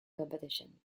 competition